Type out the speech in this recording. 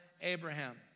Abraham